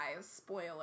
spoiler